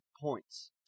points